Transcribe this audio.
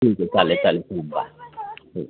ठीक आहे चालेल चालेल ठीक बाय हो